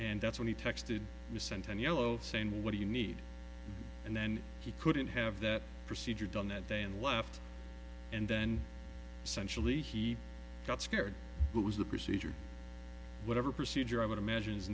and that's what he texted you sent and yellow saying what do you need and then he couldn't have that procedure done that day and left and then sensually he got scared but was the procedure whatever procedure i would imagine is